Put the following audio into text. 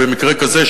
במקרה כזה,